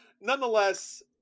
Nonetheless